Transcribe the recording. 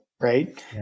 right